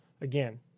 again